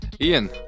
Ian